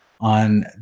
on